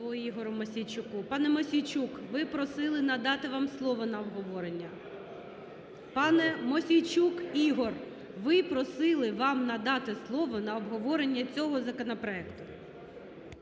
Пане Мосійчук, ви просили надати вам слово на обговорення.